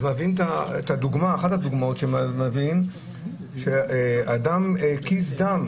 אחת הדוגמאות שמביאים היא של אדם שהקיז דם,